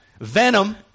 Venom